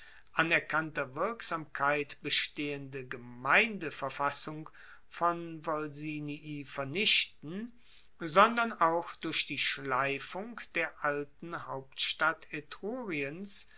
anerkannter wirksamkeit bestehende gemeindeverfassung von volsinii vernichten sondern auch durch die schleifung der alten hauptstadt